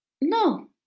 No